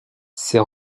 ces